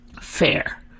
Fair